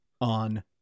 on